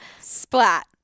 Splat